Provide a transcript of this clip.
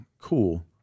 Cool